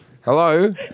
Hello